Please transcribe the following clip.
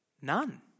None